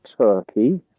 turkey